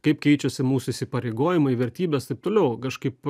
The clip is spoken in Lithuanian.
kaip keičiasi mūsų įsipareigojimai vertybės taip toliau kažkaip